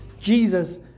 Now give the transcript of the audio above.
Jesus